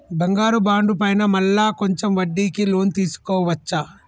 బంగారు బాండు పైన మళ్ళా కొంచెం వడ్డీకి లోన్ తీసుకోవచ్చా?